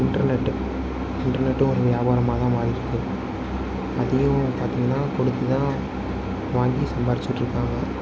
internet இன்டெர்நெட்டும் ஒரு வியாபாரமாக தான் மாறிகிட்டு இருக்குது அதுலேயும் பார்த்திங்கனா கொடுத்துதான் வாங்கி சம்பாரித்துகிட்டு இருக்காங்க